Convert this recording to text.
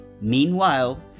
Meanwhile